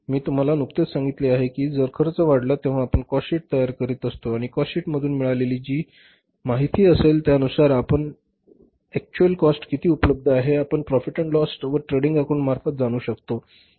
मी तुम्हाला नुकतेच सांगितले आहे की जर खर्च वाढला जेव्हा आपण कॉस्ट शीट तयार करीत असतो आणि कॉस्ट शीट मधून मिळालेली जी हि माहिती असेल त्या नुसार आपल्या कडे एक्चुअल कॉस्ट किती उपलब्ध आहे हे आपण प्रॉफिट अँड लॉस अकाउंट व ट्रेडिंग अकाउंट मार्फत जणू शकतो